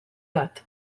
bat